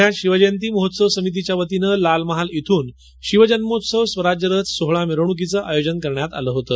पुण्यात शिवजयंती महोत्सव समितीतर्फे लालमहाल येथून शिवजन्मोत्सव स्वराज्यरथ सोहळा मिरवणुकीच आयोजन करण्यात आली होतं